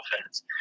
offense